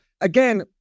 again